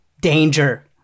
danger